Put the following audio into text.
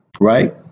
right